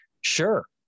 sure